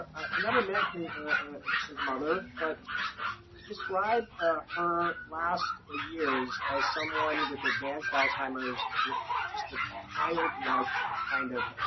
i never met his mother. but he described her last ah years as someone with advanced alzheimer's with just a childlike kind of